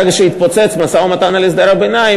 ברגע שהתפוצץ המשא-ומתן על הסדר הביניים,